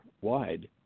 wide